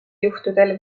juhtudel